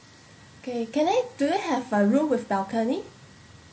okay can I do you have a room with balcony